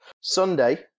Sunday